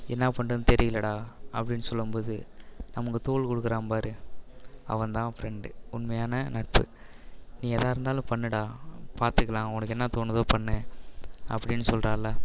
என்ன பண்ணுறதுனு தெரியலடா அப்படின்னு சொல்லும்போது நமக்கு தோள் கொடுக்குறான் பார் அவன்தான் ஃபிரெண்டு உண்மையான நட்பு நீ எதாக இருந்தாலும் பண்ணுடா பார்த்துக்கலாம் உனக்கு என்ன தோணுதோ பண்ணு அப்படின்னு சொல்கிறான்ல